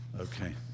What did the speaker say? Okay